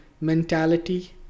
mentality